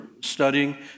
studying